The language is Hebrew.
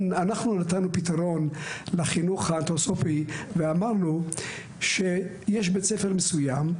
אנחנו נתנו פתרון לחינוך האנתרופוסופי ואמרנו שיש בית ספר מסוים,